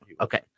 Okay